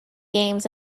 games